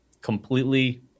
completely